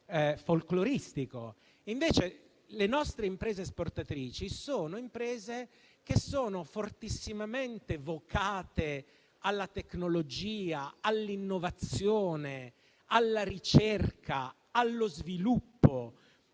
Le nostre imprese esportatrici invece sono fortissimamente vocate alla tecnologia, all'innovazione, alla ricerca e allo sviluppo.